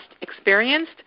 experienced